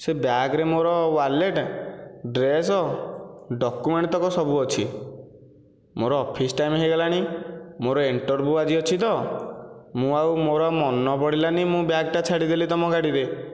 ସେ ବ୍ୟାଗରେ ମୋର ୱାଲେଟ୍ ଡ୍ରେସ୍ ଡକୁମେଣ୍ଟ ତକ ସବୁ ଅଛି ମୋର ଅଫିସ୍ ଟାଇମ୍ ହୋଇଗଲାଣି ମୋର ଇଣ୍ଟରଭ୍ୟୁ ଆଜି ଅଛି ତ ମୁଁ ଆଉ ମୋର ମନ ପଡ଼ିଲାନି ବ୍ୟାଗ ଟା ଛାଡ଼ିଦେଲି ତୁମ ଗାଡ଼ିରେ